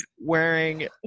wearing